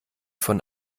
von